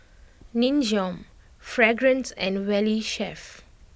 Nin Jiom Fragrance and Valley Chef